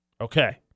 Okay